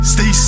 Stay